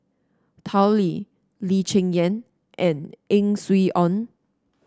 Tao Li Lee Cheng Yan and Ang Swee Aun